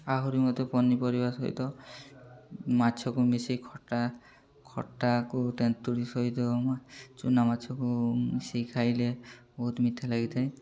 ଆହୁରି ମତେ ପନିପରିବା ସହିତ ମାଛକୁ ମିଶେଇ ଖଟା ଖଟାକୁ ତେନ୍ତୁଳି ସହିତ ଚୂନା ମାଛକୁ ମିଶେଇ ଖାଇଲେ ବହୁତ ମିଠା ଲାଗିଥାଏ